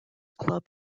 club